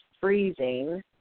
freezing